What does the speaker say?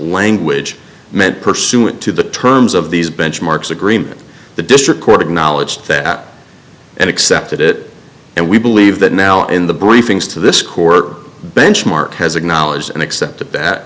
language meant pursuant to the terms of these benchmarks agreement the district court acknowledged that and accepted it and we believe that now in the briefings to this court benchmark has acknowledged and accepted that